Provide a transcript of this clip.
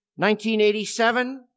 1987